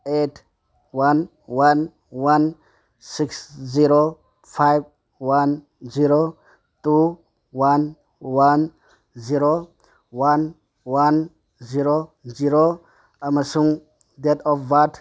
eight one one one six zero five one zero two one one zero one one zero zero ꯑꯃꯁꯨꯡ date of birth